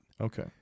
okay